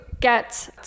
get